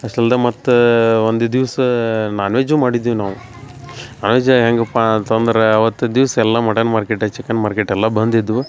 ಅಷ್ಟಲ್ದ ಮತ್ತ ಒಂದು ದಿವಸ ನಾನು ವೆಜ್ಜು ಮಾಡಿದ್ವಿ ನಾವು ನಾನು ವೆಜ್ ಹೆಂಗಪಾ ಅಂತಂದ್ರ ಅವತ್ತು ದಿವ್ಸ ಎಲ್ಲ ಮಟನ್ ಮಾರ್ಕೆಟ್ ಚಿಕನ್ ಮಾರ್ಕೆಟ್ ಎಲ್ಲ ಬಂದು ಇದ್ವು